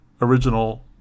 original